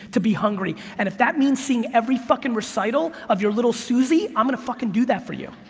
to be hungry, and if that means seeing every fucking recital of your little suzy, i'm gonna fucking do that for you.